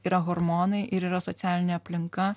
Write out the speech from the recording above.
yra hormonai ir yra socialinė aplinka